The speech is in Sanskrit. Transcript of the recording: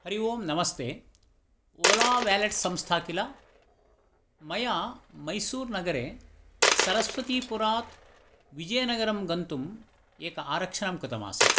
हरि ओम् नमस्ते ओला वेलेट् संस्था किल मया मैसूर् नगरे सरस्वती पुरात् विजयनगरं गन्तुं एक आरक्षणं कृतमासीत्